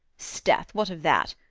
sdeath! what of that?